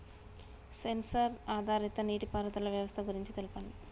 Censor ఆధారిత నీటిపారుదల వ్యవస్థ గురించి తెల్పండి?